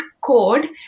code